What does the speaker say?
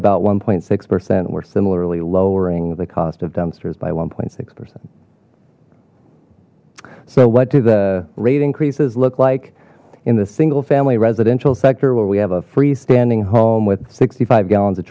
about one six percent we're similarly lowering the cost of dumpsters by one six percent so what do the rate increases look like in the single family residential sector where we have a free standing home with sixty five gallons of